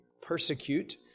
persecute